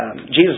Jesus